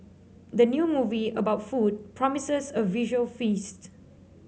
the new movie about food promises a visual feast